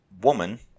woman